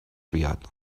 بیاد